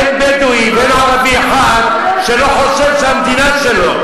אין בדואי ואין ערבי אחד שלא חושב שהמדינה שלו.